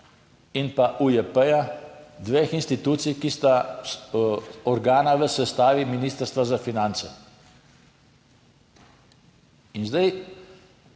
in pa UJP, dveh institucij, ki sta organa v sestavi Ministrstva za finance. In zdaj